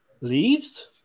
Leaves